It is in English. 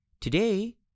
Today